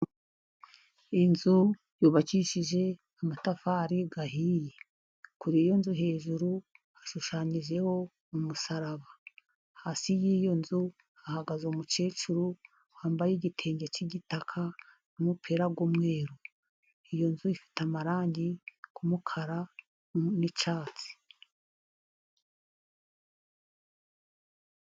Inzu yubakishije amatafari ahiye, kuri iyo nzu hejuru hashushanyijeho umusaraba, hasi y'iyo nzu hahagaze umukecuru wambaye igitenge cy'igitaka n'umupira y'umweru, iyo nzu ifite amarangi y'umukara n'icyatsi.